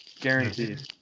Guaranteed